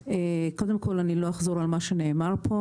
קודם כול, לא אחזור על מה שנאמר כאן.